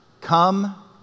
Come